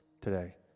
today